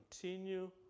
continue